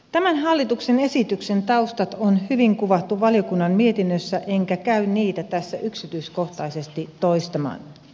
tämän hallituksen esityksen taustat on hyvin kuvattu valiokunnan mietinnössä enkä käy niitä tässä yksityiskohtaisesti toistamaan